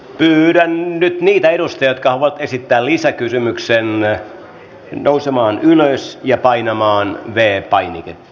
pyydän nyt niitä edustajia jotka haluavat esittää lisäkysymyksen nousemaan ylös ja painamaan v painiketta